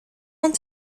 want